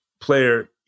player